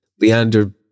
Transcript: Leander